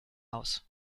aus